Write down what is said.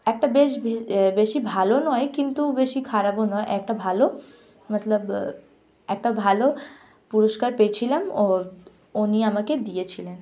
একটা বেশ ভেশি বেশি ভালো নয় কিন্তু বেশি খারাপও নয় একটা ভালো মতলব একটা ভালো পুরস্কার পেয়েছিলাম ও উনি আমাকে দিয়েছিলেন